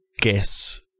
guess